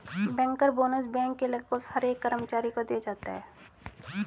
banker bonus bank के लगभग हर एक कर्मचारी को दिया जाता है